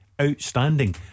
outstanding